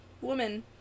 woman